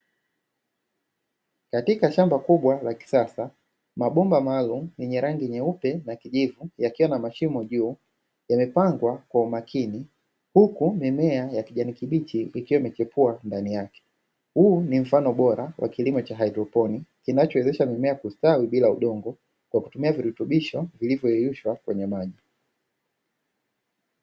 Katika shamba kubwa la kisasa mabomba maalumu yenye rangi nyeupe na kijivu, yakiwa na mashimo juu yamepangwa kwa umakini huku mimea ya kijani kibichi, ikiwa imechipua ndani yake huu ni mfano bora wa kilimo cha haidroponi, kinachowezesha mimea kustawi bila udongo, kwa kutumia virutubisho viliyeyushwa kwenye maji.